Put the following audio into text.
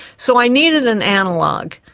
so i needed an analogue.